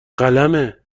قلمه